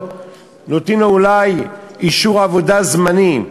נותנים אולי אישור עבודה זמני,